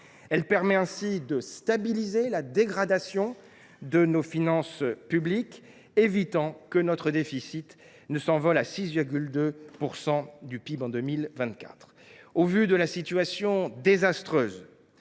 texte permet ainsi de stabiliser la dégradation des finances publiques, évitant que notre déficit ne s’envole à 6,2 % du PIB en 2024. Au vu de la situation budgétaire